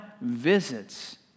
visits